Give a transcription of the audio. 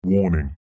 warning